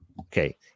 okay